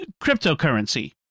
cryptocurrency